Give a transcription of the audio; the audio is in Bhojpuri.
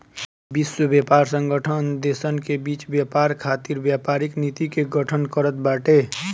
विश्व व्यापार संगठन देसन के बीच व्यापार खातिर व्यापारिक नीति के गठन करत बाटे